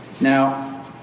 now